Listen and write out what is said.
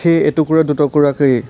সেই এটুকুৰা দুটুকুৰাকেই